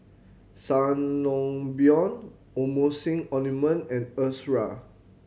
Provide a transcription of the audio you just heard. Sangobion Emulsying Ointment and Ezerra